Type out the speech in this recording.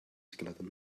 skeleton